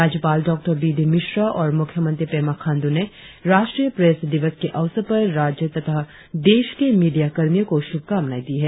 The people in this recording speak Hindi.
राज्यपाल डॉ बी डी मिश्रा और मुख्यमंत्री पेमा खांडू ने राष्ट्रीय प्रेस दिवस के अवसर पर राज्य तथा देश के मीडिया कर्मियों को शुभकामनाए दी है